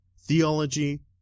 theology